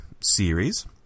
series